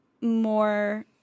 more